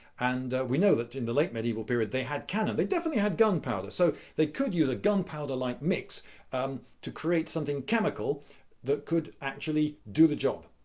and uhm, we know that in the late medieval period they had cannons. they definitely had gunpowder, so they could use a gunpowder-like mix to create something chemical that could actually do the job.